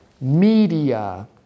Media